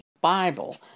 Bible